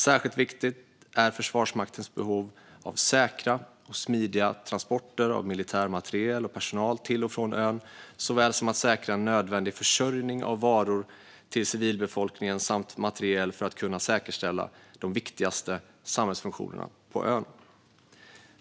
Särskilt viktigt är Försvarsmaktens behov av säkra och smidiga transporter av militär materiel och personal till och från ön, liksom att säkra nödvändig försörjning av varor till civilbefolkningen samt materiel för att kunna säkerställa de viktigaste samhällsfunktionerna på ön.